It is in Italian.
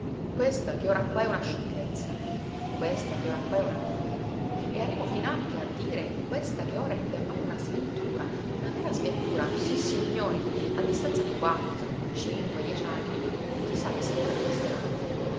questa che ora qua è una sciocchezza questa che ora qua è una noja e arrivo finanche a dire questa che ora è per noi una sventura una vera sventura sissignori a distanza di quattro cinque dieci anni chi sa che sapore acquisterà